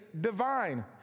divine